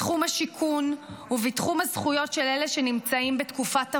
בתחום השיכון ובתחום הזכויות של אלו הנמצאים בתקופות אבטלה.